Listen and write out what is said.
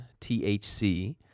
THC